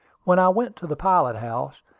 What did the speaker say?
when i went to the pilot-house,